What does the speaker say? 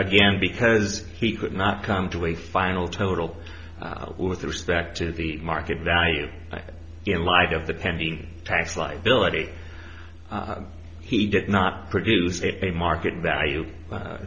again because he could not come to a final total with respect to the market value in light of the pending tax liability he did not produce a market value